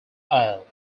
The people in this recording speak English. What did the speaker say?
ale